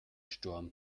sturm